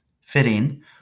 Fitting